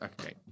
Okay